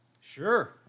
sure